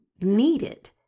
needed